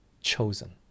chosen